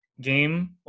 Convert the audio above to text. game